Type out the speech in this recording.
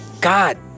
God